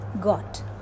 got